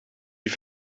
die